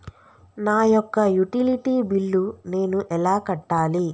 నా యొక్క utility bill నేను ఎలా కట్టాలి?